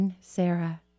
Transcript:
Sarah